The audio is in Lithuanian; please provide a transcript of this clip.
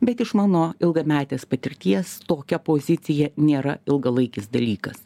bet iš mano ilgametės patirties tokia pozicija nėra ilgalaikis dalykas